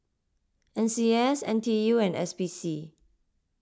N C S N T U and S P C